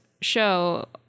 show